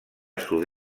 sud